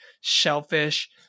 shellfish